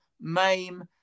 maim